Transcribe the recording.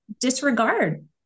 disregard